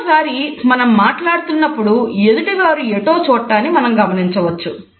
ఒక్కోసారి మనం మాట్లాడుతున్నప్పుడు ఎదుటివారు ఎటో చూడటాన్ని మనం గమనించవచ్చు